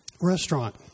restaurant